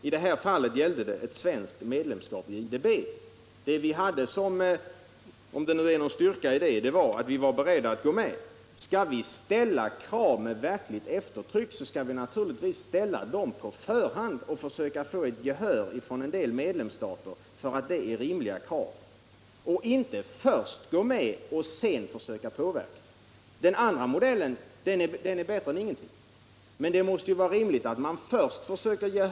I det här fallet gäller det ett svenskt — Nr 31 medlemskap i IDB. Vi var, om det nu ligger någon kraft i det, beredda Måndagen den att gå med. Vill vi ställa krav med verkligt eftertryck, skall vi naturligtvis 21 november 1977 göra det på förhand och därvid försöka vinna gehör från vissa med —!== lemsstater för åsikten att det är rimliga krav. Vi skall inte först gå med Om Interamerikanför att sedan försöka påverka.